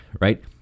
right